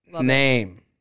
name